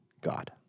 God